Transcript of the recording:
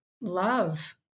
love